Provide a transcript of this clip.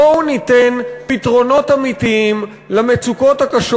בואו ניתן פתרונות אמיתיים למצוקות הקשות